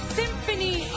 symphony